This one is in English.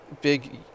big